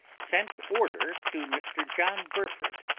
sent order to mr john burford,